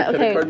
Okay